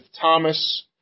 Thomas